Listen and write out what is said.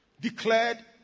declared